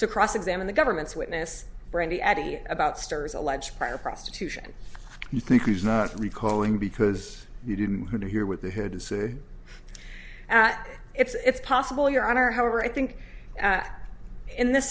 to cross examine the government's witness brandy attitude about stars alleged prior prostitution you think he's not recalling because you didn't hear with it's possible your honor however i think in this